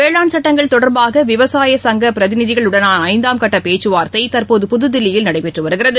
வேளாண் சட்டங்கள் தொடா்பாகவிவசாயசங்கபிரதிநிதிகளுடனானஐந்தாம் கட்டபேச்சுவார்த்தைதற்போது புதுதில்லியில் நடைபெற்றுவருகிறது